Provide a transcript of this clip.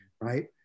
right